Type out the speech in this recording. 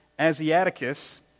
Asiaticus